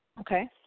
Okay